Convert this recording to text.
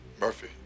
Murphy